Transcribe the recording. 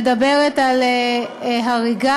מדברת על הריגה,